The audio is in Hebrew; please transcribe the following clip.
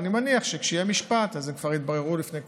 ואני מניח שכשיהיה משפט אז הם כבר יתבררו לפני כולם.